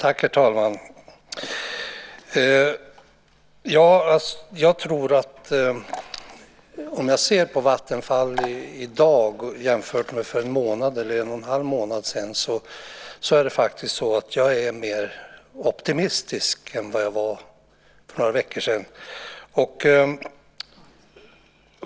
Herr talman! Om jag ser på Vattenfall i dag och jämför det med bilden för en månad eller en och en halv månad sedan så blir jag faktiskt mer optimistisk än vad jag var för några veckor sedan.